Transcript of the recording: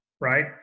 right